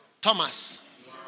Thomas